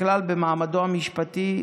בכלל במעמדו המשפטי,